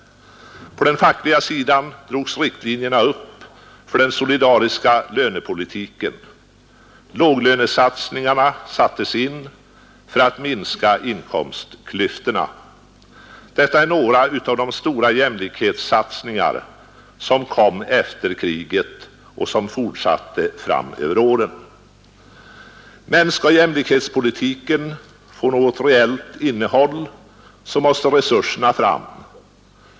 På den fackliga sidan drogs riktlinjerna upp för den solidariska lönepolitiken. Låglönesatsningarna gjordes för att minska inkomstklyftorna. Detta är några av de stora jämlikhetssatsningar som kom efter kriget och som fortsatte fram genom åren. Men skall jämlikhetspolitiken få något reellt innehåll, måste resurserna fram.